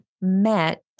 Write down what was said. met